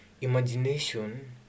imagination